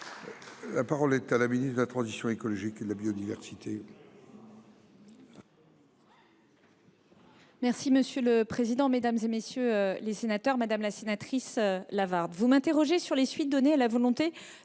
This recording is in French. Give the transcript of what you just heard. La parole est à Mme la ministre de la transition écologique, de la biodiversité,